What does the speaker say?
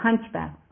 hunchback